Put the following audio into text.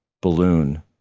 balloon